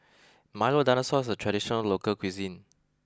Milo Dinosaur is a traditional local cuisine